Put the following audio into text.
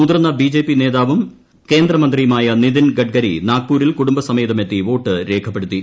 മുതിർന്ന B J P നേതാവും കേന്ദ്രമന്ത്രിയുമായ നിതിൻ ഗഡ്കരി നാഗ്പൂരിൽ കുടുംബസമേതം എത്തി വോട്ട് ചെയ്തു